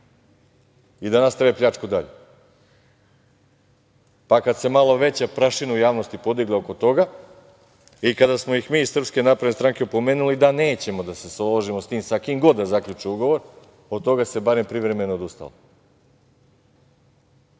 i da nastave pljačku dalje. Kada se malo veća prašina u javnosti podigla oko toga i kada smo ih mi iz SNS opomenuli da nećemo da se složimo sa tim sa kim god da zaključe ugovor, od toga se barem privremeno odustalo.